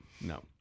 No